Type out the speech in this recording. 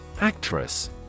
Actress